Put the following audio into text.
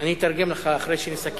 אני אתרגם לך, אחרי שנסכם.